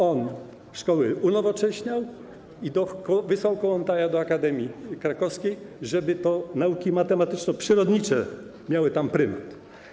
On szkoły unowocześniał i wysłał Kołłątaja do Akademii Krakowskiej, żeby to nauki matematyczno-przyrodnicze miały tam prymat.